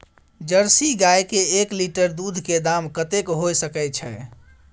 Jersey गाय के एक लीटर दूध के दाम कतेक होय सके छै?